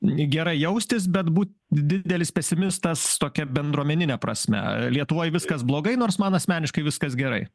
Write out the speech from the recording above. gera jaustis bet būt didelis pesimistas tokia bendruomenine prasme lietuvoj viskas blogai nors man asmeniškai viskas gerai